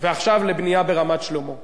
ועכשיו לבנייה ברמת-שלמה.